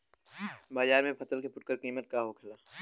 बाजार में फसल के फुटकर कीमत का होखेला?